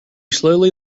slowly